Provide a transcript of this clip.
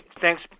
Thanks